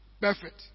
Perfect